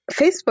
Facebook